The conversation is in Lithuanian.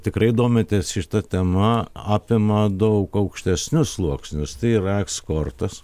tikrai domitės šita tema apima daug aukštesnius sluoksnius tai yra eskortas